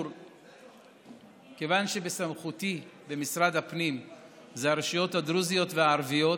כיוון שבסמכותי במשרד הפנים הרשויות הדרוזיות והערביות,